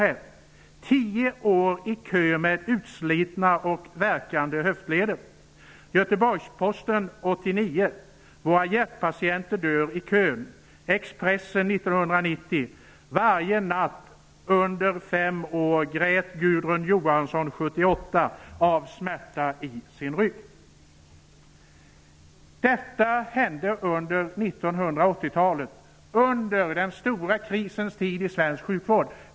I ett nummer av Göteborgsposten från 1989 kunde man läsa: Våra hjärtpatienter dör i kö. I Expressen 1990 skrev man: Varje natt under fem år grät Gudrun Johansson, 78, av smärta i sin rygg. Detta hände under 1980-talet, under den stora krisens tid i svensk sjukvård.